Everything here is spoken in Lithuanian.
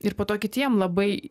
ir po to kitiem labai